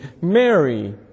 Mary